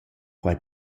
quai